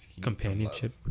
companionship